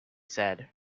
said